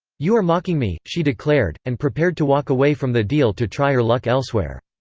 you are mocking me, she declared, and prepared to walk away from the deal to try her luck elsewhere.